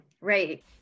Right